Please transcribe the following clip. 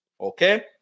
okay